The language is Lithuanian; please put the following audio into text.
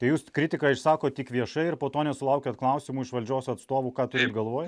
tai jūs kritiką išsako tik viešai ir po to nesulaukiat klausimų iš valdžios atstovų ką turit galvoj